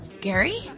Gary